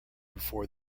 before